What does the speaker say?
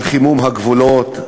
על חימום הגבולות,